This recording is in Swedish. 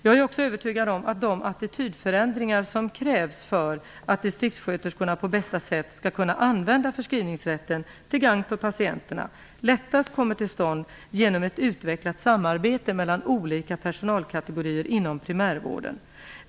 Jag är också övertygad om att de attitydförändringar som krävs för att distriktssköterskorna på bästa sätt skall kunna använda förskrivningsrätten till gagn för patienterna lättast kommer till stånd genom ett utvecklat samarbete mellan olika personalkategorier inom primärvården.